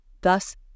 thus